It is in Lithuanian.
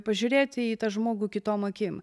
pažiūrėti į tą žmogų kitom akim